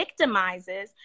victimizes